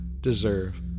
deserve